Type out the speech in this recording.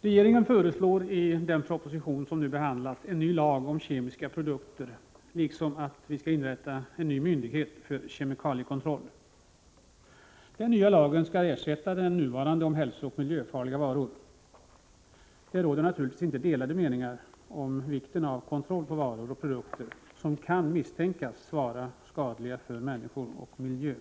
Regeringen föreslår i den proposition som nu behandlas en ny lag om kemiska produkter liksom att en ny myndighet för kemikaliekontroll skall inrättas. Den nya lagen skall ersätta den nuvarande lagen om hälsooch miljöfarliga varor. Det råder naturligtvis inte delade meningar om vikten av kontroll på varor och produkter som kan misstänkas vara skadliga för människor och miljö.